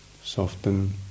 soften